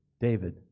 David